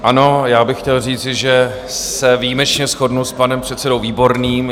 Ano, já bych chtěl říci, že se výjimečně shodnu s panem předsedou Výborným.